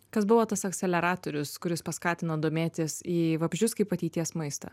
kas buvo tas akseleratorius kuris paskatino domėtis į vabzdžius kaip ateities maistą